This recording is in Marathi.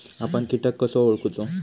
आपन कीटक कसो ओळखूचो?